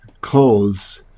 clothes